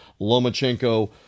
Lomachenko